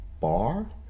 bar